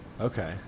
Okay